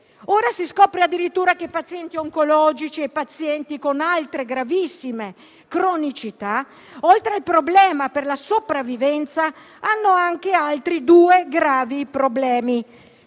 Ora si scopre addirittura che i pazienti oncologici e i pazienti con altre gravissime cronicità, oltre al problema per la sopravvivenza, hanno anche altri due gravi problemi: